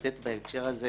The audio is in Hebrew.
בין כה וכה,